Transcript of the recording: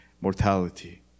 mortality